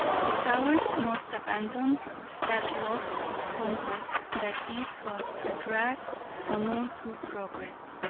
the powers must abandon that lust of conquest that is but a drag on all true progress,